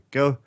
go